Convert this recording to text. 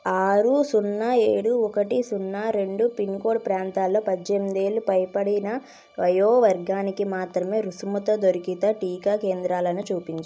ఆరు సున్నా ఏడు ఒకటి సున్నా రెండు పిన్ కోడ్ ప్రాంతాల్లో పద్దెనిమిది ఏళ్ళు పైబడిన వయో వర్గానికి మాత్రమే రుసుముతో దొరికిన టీకా కేంద్రాలను చూపించుము